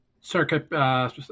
circuit